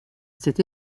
cet